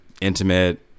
intimate